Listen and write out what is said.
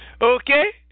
okay